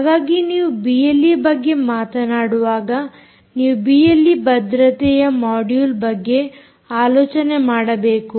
ಹಾಗಾಗಿ ನೀವು ಬಿಎಲ್ಈ ಬಗ್ಗೆ ಮಾತನಾಡುವಾಗ ನೀವು ಬಿಎಲ್ಈ ಭದ್ರತೆಯ ಮೊಡ್ಯುಲ್ ಬಗ್ಗೆ ಆಲೋಚನೆ ಮಾಡಬೇಕು